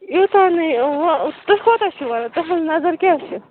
یوٗتاہ نہٕ یہِ وٕ تُہۍ کوتاہ چھُ وَنان تٕہٕنٛز نظر کیٛاہ چھِ